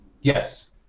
Yes